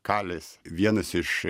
kalis vienas iš